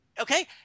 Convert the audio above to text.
Okay